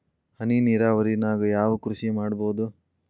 ಹನಿ ನೇರಾವರಿ ನಾಗ್ ಯಾವ್ ಕೃಷಿ ಮಾಡ್ಬೋದು?